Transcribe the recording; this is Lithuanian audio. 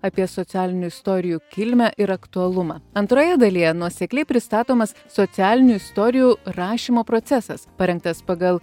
apie socialinių istorijų kilmę ir aktualumą antroje dalyje nuosekliai pristatomas socialinių istorijų rašymo procesas parengtas pagal